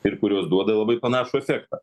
ir kurios duoda labai panašų efektą